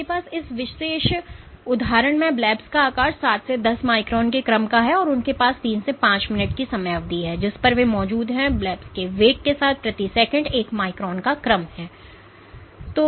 आपके पास इस विशेष उदाहरण में ब्लब्स का आकार 7 से 10 माइक्रोन के क्रम का है और उनके पास 3 से 5 मिनट की समयावधि है जिस पर वे मौजूद हैं और ब्लब् के वेग के साथ प्रति सेकंड एक माइक्रोन का क्रम है